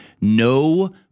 No